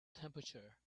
temperature